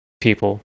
people